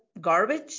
garbage